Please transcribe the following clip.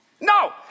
No